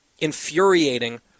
infuriating